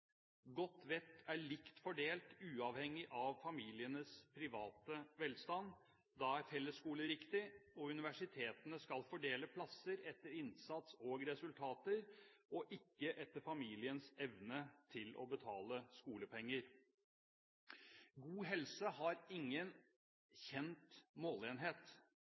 Godt vett er likt fordelt uavhengig av familienes private velstand. Da er fellesskole riktig, og universitetene skal fordele plasser etter innsats og resultater og ikke etter familiens evne til å betale skolepenger. God helse har ingen kjent